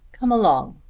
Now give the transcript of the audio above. come along,